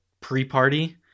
pre-party